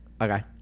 Okay